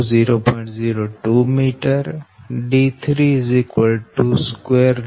02 m d3 82 7